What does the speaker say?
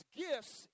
gifts